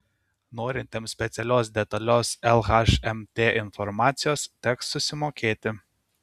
norintiems specialios detalios lhmt informacijos teks susimokėti